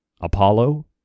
Apollo